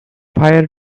fire